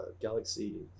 Galaxy